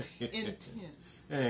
Intense